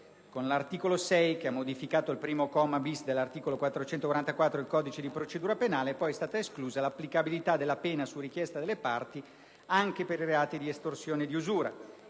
è l'articolo 6, che ha modificato il comma 1-*bis* dell'articolo 444 del codice di procedura penale, e con il quale è stata esclusa l'applicabilità della pena su richiesta delle parti anche per i reati di estorsione ed usura.